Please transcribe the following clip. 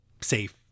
safe